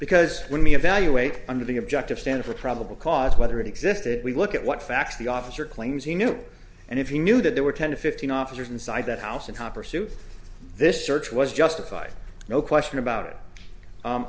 because when we evaluate under the objective standard for probable cause whether it existed we look at what facts the officer claims he knew and if he knew that there were ten to fifteen officers inside that house and calm pursuit this search was justified no question about it